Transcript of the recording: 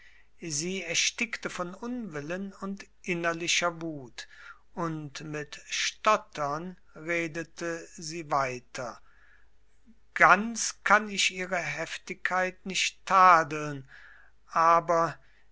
sie erstickte von unwillen und innerlicher wut und mit stottern redete sie weiter ganz kann ich ihre heftigkeit nicht tadeln aber